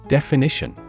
Definition